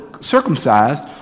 circumcised